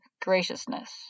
graciousness